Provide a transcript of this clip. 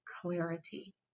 clarity